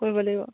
কৰিব লাগিব